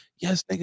yes